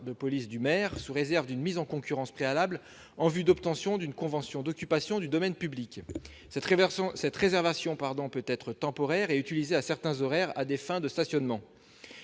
de police du maire, sous réserve d'une mise en concurrence préalable en vue d'obtention d'une convention d'occupation du domaine public. Cette réservation peut être temporaire et utilisée à certains horaires à des fins de stationnement.